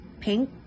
pink